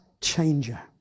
changer